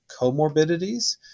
comorbidities